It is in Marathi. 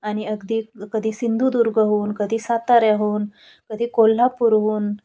आणि अगदी कधी सिंधुदुर्गहून कधी साताऱ्याहून कधी कोल्हापूरहून